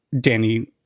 danny